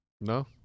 No